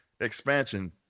expansion